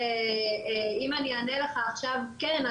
אם אני אענה לך עכשיו 'כן,